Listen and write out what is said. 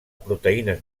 proteïnes